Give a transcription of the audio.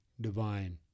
divine